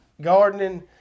Gardening